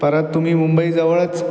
परत तुम्ही मुंबईजवळच